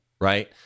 right